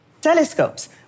Telescopes